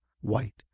white